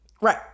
Right